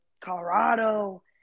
Colorado